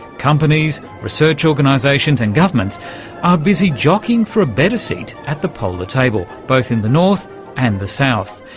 companies, research organisations and governments are busy jockeying for a better seat at the polar table, both in the north and the south.